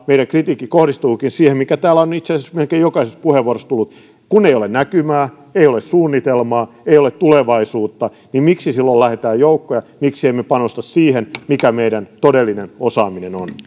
meidän kritiikkimme kohdistuukin siihen mikä täällä on itse asiassa melkein jokaisessa puheenvuorossa tullut kun ei ole näkymää ei ole suunnitelmaa ei ole tulevaisuutta niin miksi silloin lähetetään joukkoja miksi emme panosta siihen mikä meidän todellinen osaamisemme on